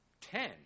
Ten